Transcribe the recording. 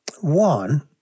One